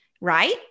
right